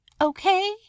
okay